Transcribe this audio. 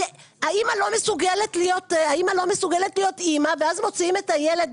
האמא לא מסוגלת להיות אמא ואז מוציאים את הילד,